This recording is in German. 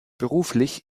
beruflich